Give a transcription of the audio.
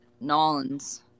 Nolans